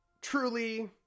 truly